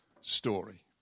story